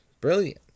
brilliant